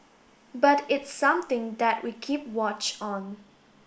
but it's something that we keep watch on